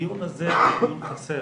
הדיון הזה הוא דיון חסר.